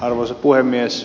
arvoisa puhemies